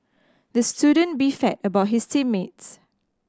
the student beefed about his team mates